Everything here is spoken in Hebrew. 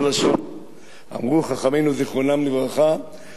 אמרו חכמינו זיכרונם לברכה, דיבור בסלע,